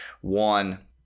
one